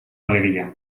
alegia